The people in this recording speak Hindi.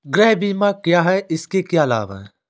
गृह बीमा क्या है इसके क्या लाभ हैं?